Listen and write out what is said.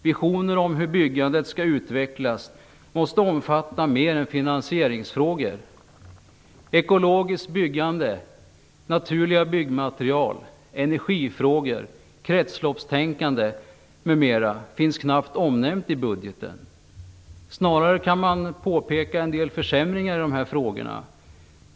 Visioner om hur byggandet skall utvecklas måste omfatta mer än finansieringsfrågor. Ekologiskt byggande, naturliga byggmaterial, energifrågor, kretsloppstänkande m.m. finns knappt omnämnt i budgeten. Snarare kan man se en del försämringar på dessa områden.